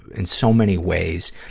in so many ways.